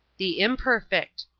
the imperfect.